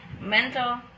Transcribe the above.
mental